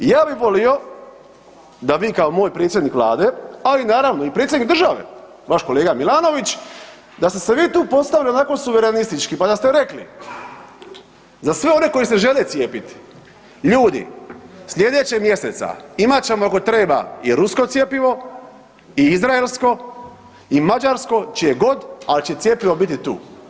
I ja bi volio da vi kao moj predsjednik Vlade, ali naravno i predsjednik države vaš kolega Milanović, da ste se vi tu postavili onako suverenistički pa da ste rekli, za sve one koji se žele cijepiti, ljudi slijedećeg mjeseca imat ćemo ako treba i rusko cjepivo i izraelsko i mađarsko, čije god, ali će cjepivo biti tu.